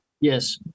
Yes